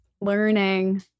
Learning